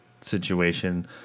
situation